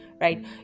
right